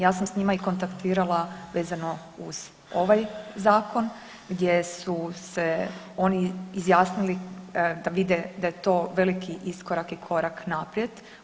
Ja sam sa njima kontaktirala vezano uz ovaj zakon gdje su se oni izjasnili da vide da je to veliki iskorak i korak naprijed.